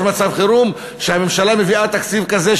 יש מצב חירום שהממשלה מביאה תקציב כזה,